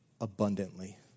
abundantly